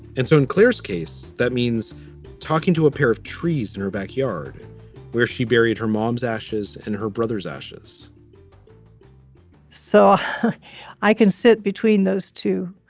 and so in claire's case, that means talking to a pair of trees in her back yard where she buried her mom's ashes and her brother's ashes so i can sit between those two.